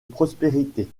prospérité